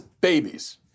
babies